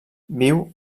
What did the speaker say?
viu